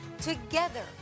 Together